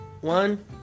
One